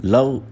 Love